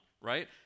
right